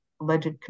alleged